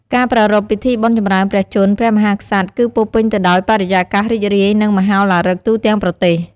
ការប្រារព្ធ ពិធីបុណ្យចម្រើនព្រះជន្មព្រះមហាក្សត្រ គឺពោរពេញទៅដោយបរិយាកាសរីករាយ និងមហោឡារិកទូទាំងប្រទេស។